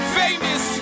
famous